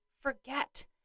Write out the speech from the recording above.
forget